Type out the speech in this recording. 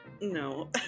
no